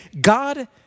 God